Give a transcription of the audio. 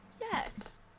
yes